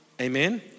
Amen